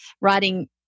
writing